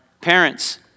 Parents